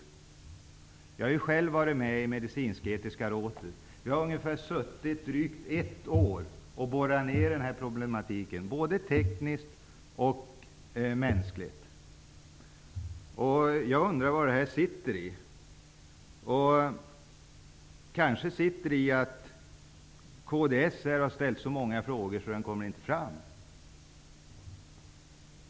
Själv har jag suttit med i Medicinsk-etiska rådet. I drygt ett år har vi borrat oss ner i den här problematiken, både tekniskt och mänskligt sett. Jag undrar vad det beror på att arbetet har tagit så lång tid. Kanske beror det på att kds här har ställt så många frågor att informationen inte kommer fram.